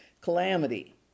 calamity